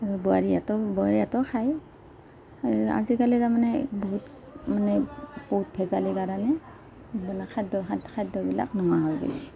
আৰু বোৱাৰীহঁতেও বোৱাৰীহঁতেও খাই এই আজিকালি তাৰ মানে বহুত মানে বহুত ভেজালিৰ কাৰণে মানে খাদ্য খাদ্যবিলাক নোহোৱা হৈ গৈছে